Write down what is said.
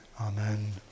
Amen